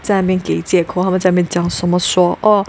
在那边给借口他们在那边讲怎么说 oh